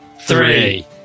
three